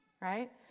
right